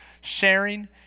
sharing